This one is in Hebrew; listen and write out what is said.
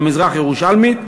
המזרח-ירושלמית,